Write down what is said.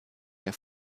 mehr